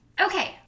Okay